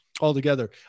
altogether